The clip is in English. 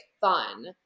fun